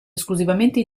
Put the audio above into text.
esclusivamente